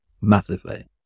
Massively